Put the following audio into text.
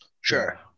Sure